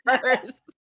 first